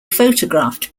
photographed